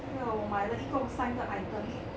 这个我买了个一共三个 items